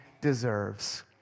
deserves